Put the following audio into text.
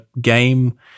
game